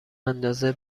اندازه